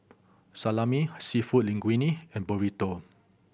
Salami Seafood Linguine and Burrito